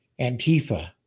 Antifa